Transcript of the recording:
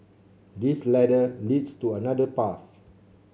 this ladder leads to another path